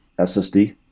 SSD